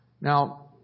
Now